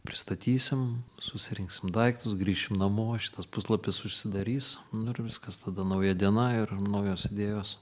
pristatysim susirinksim daiktus grįšim namo šitas puslapis užsidarys nu ir viskas tada nauja diena ir naujos idėjos